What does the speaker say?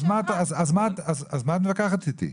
אז מה את מתווכחת איתי,